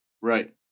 Right